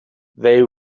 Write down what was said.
they